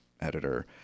editor